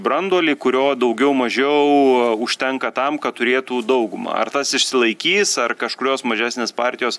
branduolį kurio daugiau mažiau užtenka tam kad turėtų daugumą ar tas išsilaikys ar kažkurios mažesnės partijos